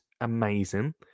amazing